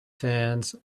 fans